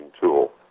tool